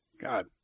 God